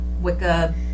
Wicca